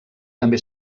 també